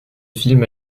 film